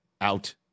out